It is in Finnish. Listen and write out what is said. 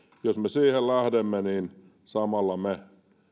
jos me siihen lähdemme niin samalla me